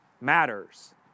matters